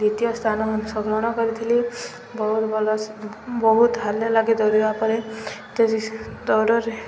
ଦ୍ଵିତୀୟ ସ୍ଥାନ ଅଂଶଗ୍ରହଣ କରିଥିଲି ବହୁତ ଭଲ ବହୁତ ହାଲିଆ ଲାଗେ ଦୌଡ଼ିବା ପରେ ଦୌଡ଼ରେ